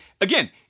again